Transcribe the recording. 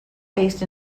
based